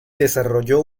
desarrolló